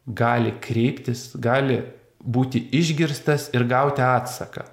gali kreiptis gali būti išgirstas ir gauti atsaką